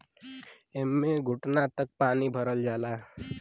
एम्मे घुटना तक पानी भरल जाला